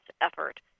effort